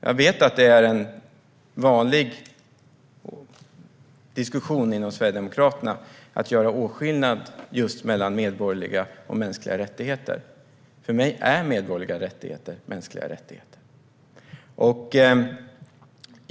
Jag vet att det är en vanlig diskussion inom Sverigedemokraterna att göra åtskillnad mellan medborgerliga rättigheter och mänskliga rättigheter. För mig är medborgerliga rättigheter mänskliga rättigheter.